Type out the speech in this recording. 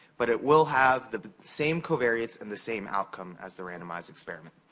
but it will have the same covariates and the same outcome as the randomized experiment.